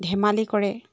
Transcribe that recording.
ধেমালি কৰে